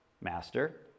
Master